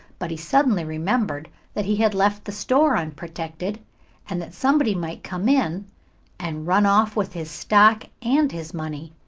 but he suddenly remembered that he had left the store unprotected and that somebody might come in and run off with his stock and his money.